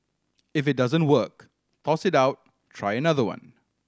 if it doesn't work toss it out try another one